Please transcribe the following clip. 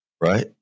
Right